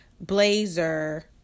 blazer